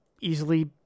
easily